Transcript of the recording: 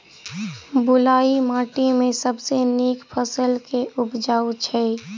बलुई माटि मे सबसँ नीक फसल केँ उबजई छै?